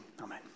amen